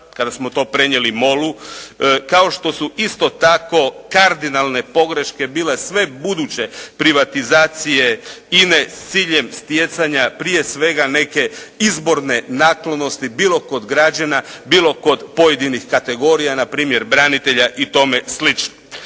kada smo to prenijeli Molu. Kao što su isto tako kardinalne pogreške bile sve buduće privatizacije INA-e s ciljem stjecanja prije svega neke izborne naklonosti bilo kod građana bilo kod pojedinih kategorija npr. branitelja i tome slično.